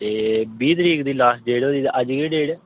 ते बीह् तरीक दी लास्ट डेट होई दी ते अज्ज केह् डेट ऐ